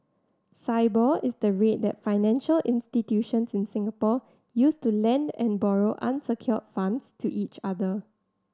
Sibor is the rate that financial institutions in Singapore use to lend and borrow unsecured funds to each other